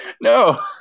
no